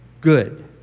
good